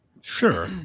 Sure